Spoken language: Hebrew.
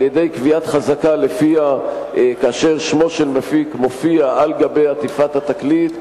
על-ידי קביעת חזקה שלפיה כאשר שמו של מפיק מופיע על גבי עטיפת התקליט,